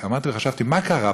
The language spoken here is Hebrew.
עמדתי וחשבתי מה קרה פה.